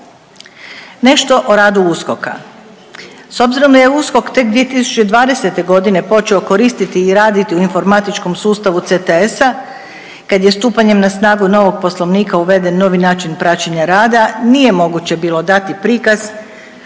Nešto o radu USKOK-a.